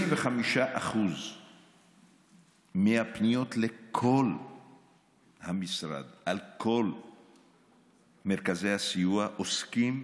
25% מהפניות לכל המשרד, לכל מרכזי הסיוע, עוסקות